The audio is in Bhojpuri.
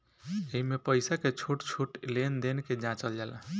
एइमे पईसा के छोट छोट लेन देन के जाचल जाला